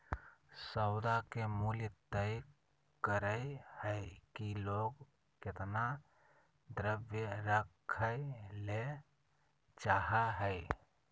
सौदा के मूल्य तय करय हइ कि लोग केतना द्रव्य रखय ले चाहइ हइ